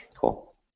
Cool